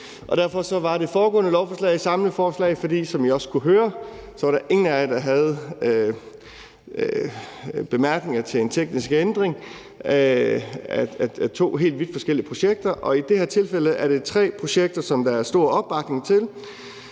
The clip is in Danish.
Derfor var det foregående lovforslag et samleforslag, for som I også kunne høre, var der ingen jer, der havde bemærkninger til en teknisk ændring af to vidt forskellige projekter, og i det her tilfælde er det tre projekter, som der er stor opbakning til.